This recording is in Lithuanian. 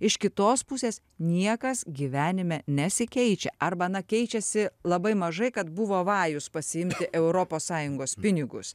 iš kitos pusės niekas gyvenime nesikeičia arba na keičiasi labai mažai kad buvo vajus pasiimti europos sąjungos pinigus